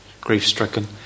grief-stricken